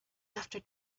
after